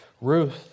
Ruth